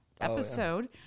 episode